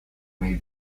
may